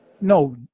no